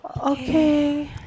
Okay